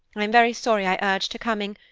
i am very sorry i urged her coming,